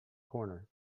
corner